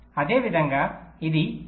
అదేవిధంగా ఇది మైనస్ 0